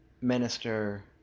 minister